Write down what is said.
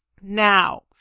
Now